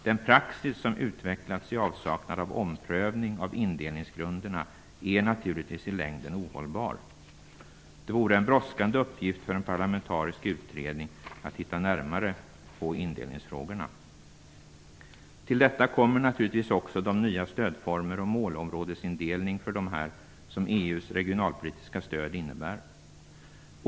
Den praxis som har utvecklats i avsaknad av omprövning av indelningsgrunderna är naturligtvis ohållbar i längden. Det vore en brådskande uppgift för en parlamentarisk utredning att titta närmare på indelningsfrågorna. Till detta kommer naturligtvis också de nya stödformer och den målområdesindelning som EU:s regionalpolitiska stöd innebär.